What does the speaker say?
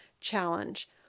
challenge